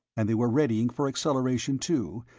and they were readying for acceleration two,